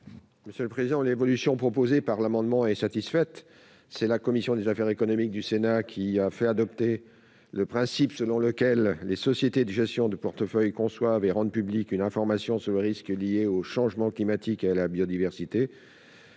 Dans le cadre de la loi de 2019 relative à l'énergie et au climat, c'est la commission des affaires économiques du Sénat qui a fait adopter le principe selon lequel les sociétés de gestion de portefeuille conçoivent et rendent publique une information sur les risques liés au changement climatique et à la biodiversité.